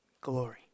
glory